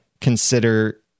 consider